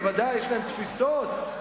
בוודאי, יש להם תפיסות.